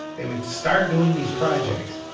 they would start doing these projects.